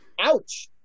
Ouch